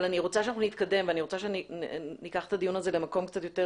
אבל אני רוצה שנתקדם ואני רוצה שניקח את הדיון הזה למקום קצת יותר